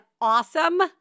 awesome